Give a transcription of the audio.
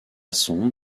sonde